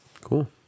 Cool